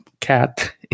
cat